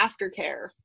aftercare